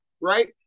right